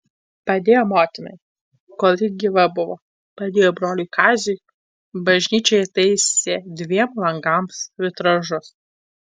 padėjo motinai kol ji gyva buvo padėjo broliui kaziui bažnyčioje įtaisė dviem langams vitražus